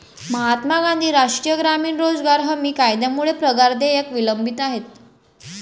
महात्मा गांधी राष्ट्रीय ग्रामीण रोजगार हमी कायद्यामुळे पगार देयके विलंबित आहेत